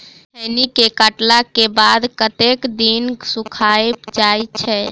खैनी केँ काटला केँ बाद कतेक दिन सुखाइल जाय छैय?